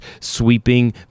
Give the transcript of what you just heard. sweeping